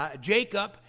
Jacob